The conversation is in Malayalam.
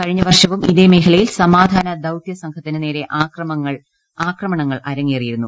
കഴിഞ്ഞ വർഷവും ഇതേ മേഖലയിൽ സമാധാന ദൌത്യ സംഘത്തിന് നേരെ അക്രമങ്ങൾ അരങ്ങേറിയിരുന്നു